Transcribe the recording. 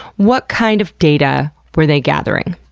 what kind of data were they gathering?